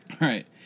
Right